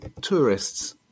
Tourists